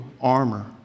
armor